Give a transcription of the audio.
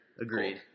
agreed